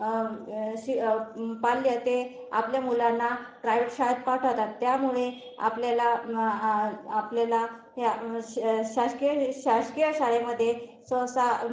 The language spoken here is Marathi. शि पाल्य ते आपल्या मुलांना प्रायवेट शाळेत पाठवतात त्यामुळे आपल्याला आपल्याला या शासकीय शासकीय शाळेमध्ये सहसा